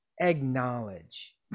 acknowledge